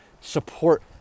support